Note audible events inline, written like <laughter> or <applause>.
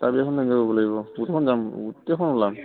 <unintelligible> লাগিব গোটেইখন যাম গোটেইখন ওলাম